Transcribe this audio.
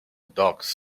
dock